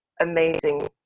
amazing